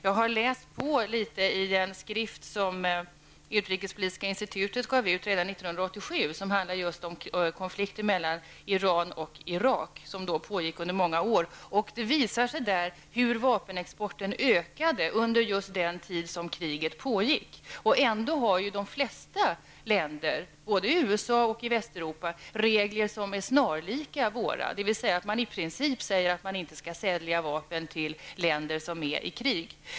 Jag har läst på litet i en skrift som utrikespolitiska institutet gav ut redan 1987 och som handlar om konflikten mellan Iran och Irak som pågick under många år. Den visar hur vapenexporten ökade under just den tid som kriget pågick. Ändå har de flesta länder, både USA och länderna i Västeuropa, regler som är snarlika våra, dvs. att man i princip inte skall sälja vapen till länder som är i krig.